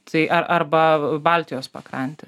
tai ar arba baltijos pakrantę